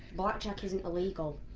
blackjack isn't illegal.